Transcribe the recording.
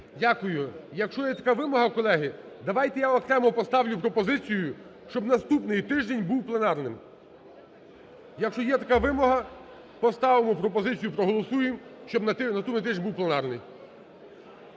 Дякую. Якщо є така вимога, колеги, давайте я окремо поставлю пропозицію, щоб наступний тиждень був пленарним. Якщо є така вимога, поставимо пропозицію, проголосуємо, щоби на тому тижні був пленарний.